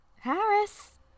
Harris